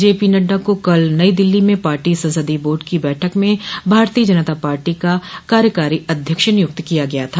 जे P Nadda को कल नई दिल्ली में पार्टी संसदीय बोर्ड की बैठक में भारतीय जनता पार्टी का कार्यकारी अध्यक्ष नियुक्त किया गया था